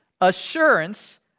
assurance